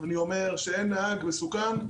אין נהג מסוכן,